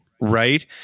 Right